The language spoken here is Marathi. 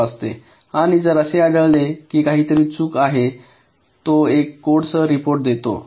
तपासते आणि जर असे आढळले की काहीतरी चूक आहे तो एका कोडसह रिपोर्ट देतो